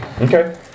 Okay